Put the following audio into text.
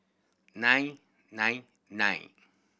nine nine nine